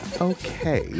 Okay